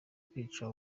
kwica